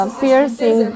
piercing